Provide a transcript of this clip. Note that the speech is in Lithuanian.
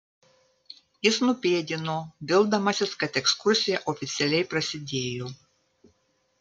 jis nupėdino vildamasis kad ekskursija oficialiai prasidėjo